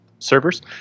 servers